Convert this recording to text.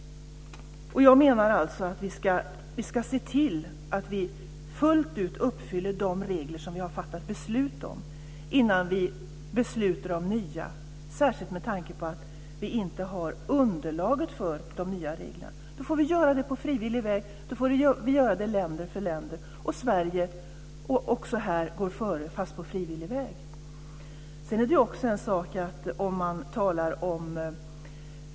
Jag menar att vi ska se till att vi fullt ut uppfyller de regler som vi har fattat beslut om innan vi beslutar om nya, särskilt med tanke på att vi inte har underlag för de nya reglerna. Då får vi göra det på frivillig väg och ta det land för land. Sverige går före här också, fast på frivillig väg.